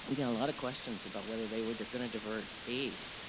ah got a lot of questions about whether they were gonna divert aid,